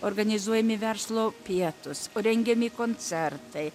organizuojami verslo pietūs rengiami koncertai